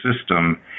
system